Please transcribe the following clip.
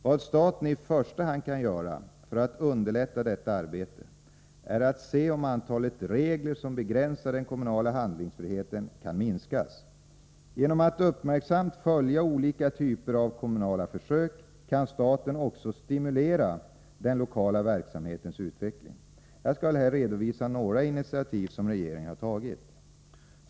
Vad staten i första hand kan göra för att underlätta detta arbete är att se om antalet regler som begränsar den kommunala handlingsfriheten kan minskas. Genom att uppmärksamt följa olika typer av kommunala försök kan staten också stimulera den lokala verksamhetens utveckling. Jag skall här redovisa några initiativ som regeringen har tagit.